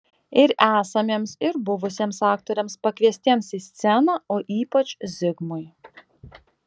ir esamiems ir buvusiems aktoriams pakviestiems į sceną o ypač zigmui